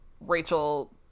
Rachel